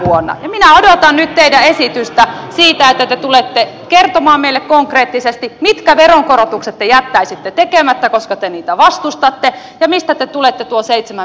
minä odotan nyt teidän esitystänne sitä että te tulette kertomaan meille konkreettisesti mitkä veronkorotukset te jättäisitte tekemättä koska te niitä vastustatte ja mistä te tulette tuon seitsemän